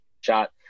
shot